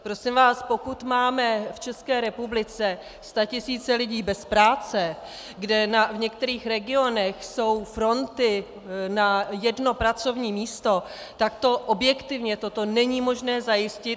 Prosím vás, pokud máme v České republice statisíce lidí bez práce, kde v některých regionech jsou fronty na jedno pracovní místo, tak objektivně toto není možné zajistit.